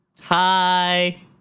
Hi